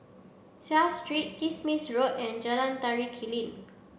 Seah Street Kismis Road and Jalan Tari Clean